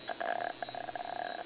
uh